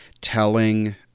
telling